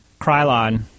Krylon